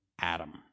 Adam